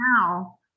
now